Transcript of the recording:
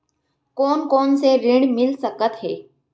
कोन कोन से ऋण मिल सकत हे?